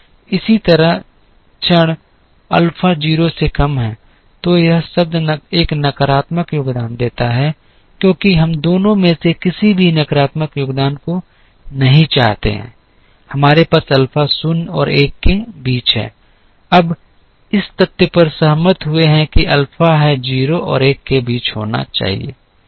इसी तरह क्षण अल्फ़ा 0 से कम है तो यह शब्द एक नकारात्मक योगदान देता है क्योंकि हम दोनों में से किसी भी नकारात्मक योगदान को नहीं चाहते हैं हमारे पास अल्फ़ा 0 और 1 के बीच है अब इस तथ्य पर सहमत हुए हैं कि अल्फा है 0 और 1 के बीच होना